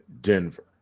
Denver